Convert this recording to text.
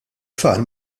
tfal